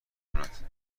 کند